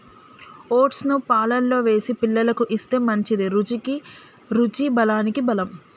oats ను పాలల్లో వేసి పిల్లలకు ఇస్తే మంచిది, రుచికి రుచి బలానికి బలం